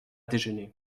déjeuné